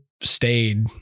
stayed